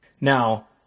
Now